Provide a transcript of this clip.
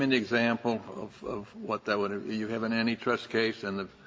and example of of what that would you have an antitrust case and the